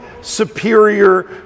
superior